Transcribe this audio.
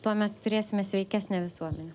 tuo mes turėsime sveikesnę visuomenę